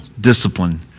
discipline